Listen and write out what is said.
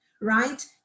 right